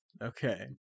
Okay